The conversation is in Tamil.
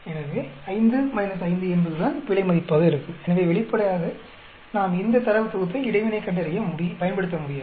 எனவே 5 5 என்பதுதான் பிழை மதிப்பாக இருக்கும் எனவே வெளிப்படையாக நாம் இந்த தரவு தொகுப்பை இடைவினை கண்டறிய பயன்படுத்த முடியாது